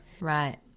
Right